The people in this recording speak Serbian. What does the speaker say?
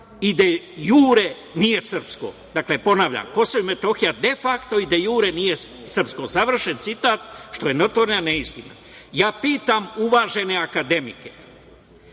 i de jure nije srpsko. Dakle, ponavljam - Kosovo i Metohija de fakto i de jure nije srpsko, završen citat, što je notorna neistina. Ja pitam uvažene akademike